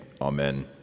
amen